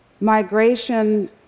Migration